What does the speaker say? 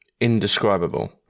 indescribable